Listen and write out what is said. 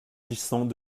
s’agissant